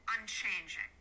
unchanging